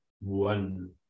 one